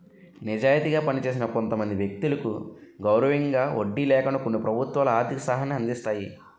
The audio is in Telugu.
నిజాయితీగా పనిచేసిన కొంతమంది వ్యక్తులకు గౌరవంగా వడ్డీ లేకుండా కొన్ని ప్రభుత్వాలు ఆర్థిక సహాయాన్ని అందిస్తాయి